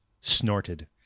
snorted